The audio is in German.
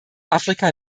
afrika